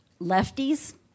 lefties